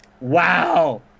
wow